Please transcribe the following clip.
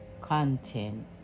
content